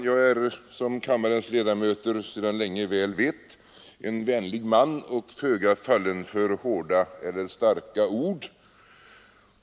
Jag är, som kammarens ledamöter sedan länge väl vet, en vänlig man och föga fallen för hårda eller starka ord.